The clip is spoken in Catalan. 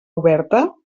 oberta